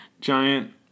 giant